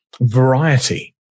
variety